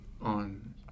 on